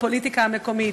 בפוליטיקה המקומית.